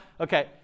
okay